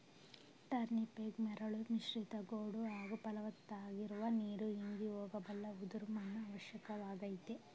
ಟರ್ನಿಪ್ಗೆ ಮರಳು ಮಿಶ್ರಿತ ಗೋಡು ಹಾಗೂ ಫಲವತ್ತಾಗಿರುವ ನೀರು ಇಂಗಿ ಹೋಗಬಲ್ಲ ಉದುರು ಮಣ್ಣು ಅವಶ್ಯಕವಾಗಯ್ತೆ